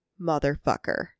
motherfucker